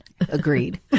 Agreed